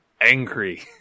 angry